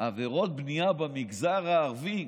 עבירות בנייה במגזר הערבי,